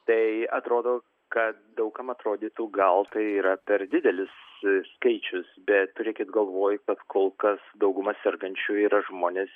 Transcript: tai atrodo kad daug kam atrodytų gal tai yra per didelis skaičius bet turėkit galvoj kad kol kas dauguma sergančiųjų yra žmonės